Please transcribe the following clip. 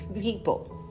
people